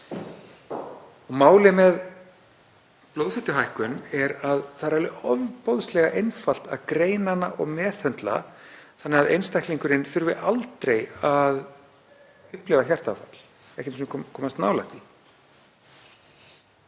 Málið með blóðfituhækkun er að það er ofboðslega einfalt að greina hana og meðhöndla þannig að einstaklingurinn þurfi aldrei að upplifa hjartaáfall, ekki einu sinni komast nálægt því.